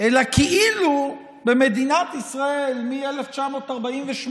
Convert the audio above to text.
אלא כאילו במדינת ישראל מ-1948